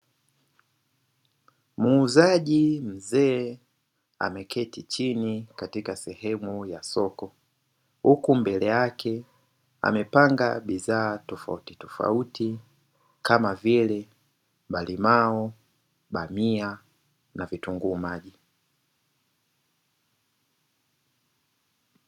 Muuzaji mzee ameketi chini katika sehemu ya soko. Huku mbele yake amepanga bidhaa tofautitofauti kama vile: malimao, bamia na vitunguu maji.